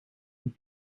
and